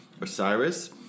Osiris